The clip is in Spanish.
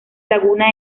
laguna